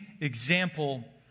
example